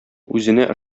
үзенә